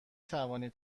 توانید